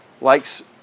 likes